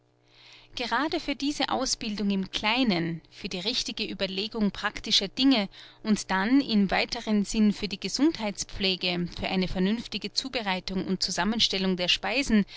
gerade für diese ausbildung im kleinen für die richtige ueberlegung praktischer dinge und dann im weiteren sinn für die gesundheitspflege für eine vernünftige zubereitung und zusammenstellung der speisen